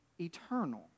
eternal